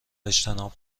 اجتناب